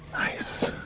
nice.